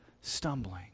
stumbling